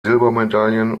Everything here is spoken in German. silbermedaillen